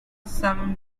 some